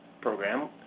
program